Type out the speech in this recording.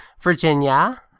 Virginia